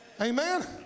Amen